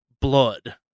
blood